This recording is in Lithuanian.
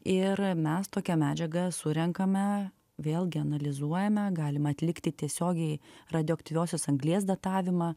ir mes tokią medžiagą surenkame vėlgi analizuojame galim atlikti tiesiogiai radioaktyviosios anglies datavimą